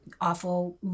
awful